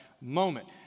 moment